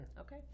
Okay